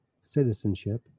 citizenship